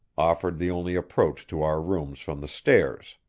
offered the only approach to our rooms from the stairs.